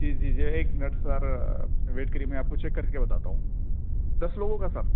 جی جی جی ایک منٹ سر ویٹ کریے میں آپ کو چیک کر کے بتاتا ہوں دس لوگوں کا سر